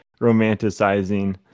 romanticizing